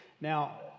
Now